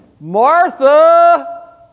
Martha